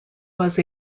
was